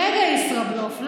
מגה-ישראבלוף.